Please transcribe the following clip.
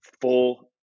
full